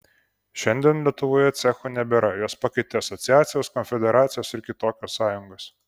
šiandien lietuvoje cechų nebėra juos pakeitė asociacijos konfederacijos ir kitokios sąjungos